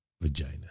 vagina